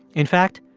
in fact,